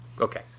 Okay